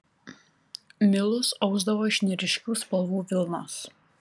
milus ausdavo iš neryškių spalvų vilnos